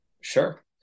Sure